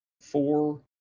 four